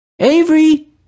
Avery